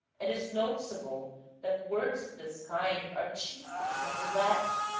it is noticeable that words of this kind are chiefly from the latin,